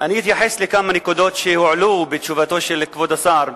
אני אתייחס לכמה נקודות שעלו בתשובתו של כבוד השר.